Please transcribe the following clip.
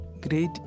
Great